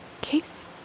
Case